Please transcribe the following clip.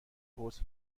حوض